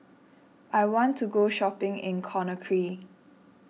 I want to go shopping in Conakry